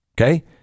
Okay